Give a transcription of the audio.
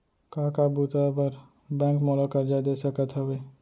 का का बुता बर बैंक मोला करजा दे सकत हवे?